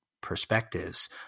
perspectives